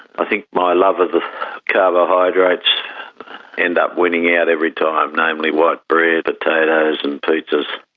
i think my love of the carbohydrates end up winning out every time, namely white bread, potatoes and pizzas.